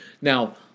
Now